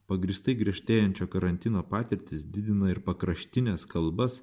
pagrįstai griežtėjančio karantino patirtys didina ir pakraštines kalbas